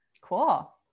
Cool